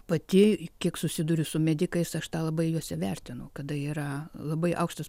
pati kiek susiduriu su medikais aš tą labai juos įvertinu kada yra labai aukštas